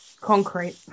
Concrete